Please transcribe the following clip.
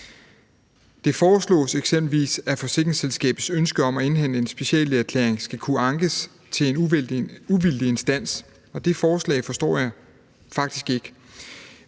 Det foreslås eksempelvis, at forsikringsselskabets ønske om at indhente en speciallægeerklæring skal kunne ankes til en uvildig instans, og det forslag forstår jeg faktisk ikke.